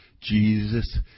Jesus